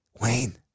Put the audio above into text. wayne